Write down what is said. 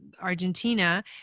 argentina